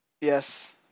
Yes